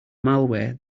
malware